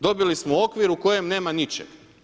Dobili smo okvir u kojem nema ničeg.